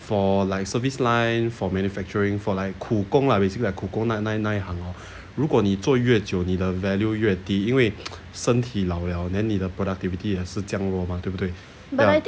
for like service line for manufacturing for like 苦工 lah basically like 苦工那那那一行 hor 如果你做越久你的 value 越低因为身体老了 then 你的 productivity 也是降落吗对不对